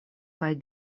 kaj